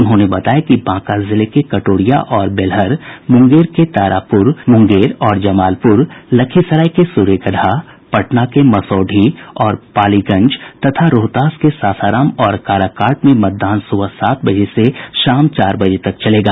उन्होंने बताया कि बांका जिले के कटोरिया और बेलहर मुंगेर के तारापुर मुंगेर और जमालपुर लखीसराय के सूर्यगढ़ा पटना के मसौढ़ी और पालीगंज तथा रोहतास के सासाराम और काराकाट में मतदान सुबह सात बजे से शाम चार बजे तक चलेगा